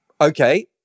okay